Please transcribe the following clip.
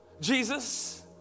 Jesus